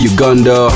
Uganda